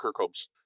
Kirkhope's